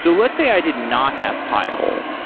so let's say i did not have pi-hole.